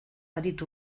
aritu